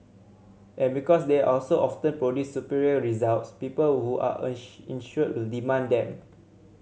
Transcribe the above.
and because they also often produce superior results people who are insured will demand them